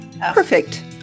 Perfect